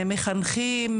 מחנכים,